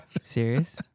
Serious